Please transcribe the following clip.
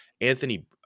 Anthony